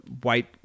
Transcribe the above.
white